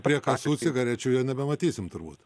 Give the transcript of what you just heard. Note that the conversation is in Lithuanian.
prie kasų cigarečių jau nebematysim turbūt